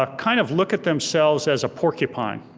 ah kind of look at themselves as a porcupine.